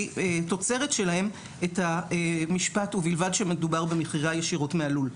תוצרת שלהם את המשפט "ובלבד שמדובר במכירה ישירות מהלול".